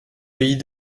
pays